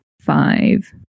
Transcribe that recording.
five